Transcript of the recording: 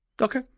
Okay